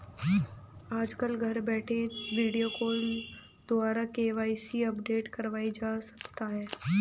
आजकल घर बैठे वीडियो कॉल द्वारा भी के.वाई.सी अपडेट करवाया जा सकता है